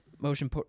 motion